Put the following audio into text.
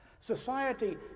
Society